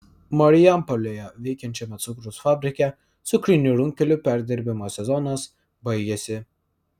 marijampolėje veikiančiame cukraus fabrike cukrinių runkelių perdirbimo sezonas baigiasi